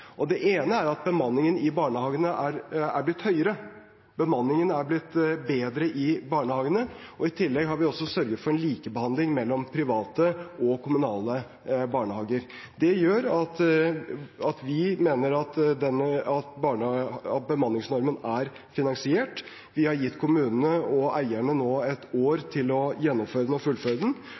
Det ene er at bemanningen i barnehagene er blitt høyere, bemanningen er blitt bedre i barnehagene. I tillegg har vi også sørget for en likebehandling av private og kommunale barnehager. Det gjør at vi mener at bemanningsnormen er finansiert. Vi har nå gitt kommunene og eierne et år til å gjennomføre den og fullføre den,